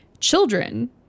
Children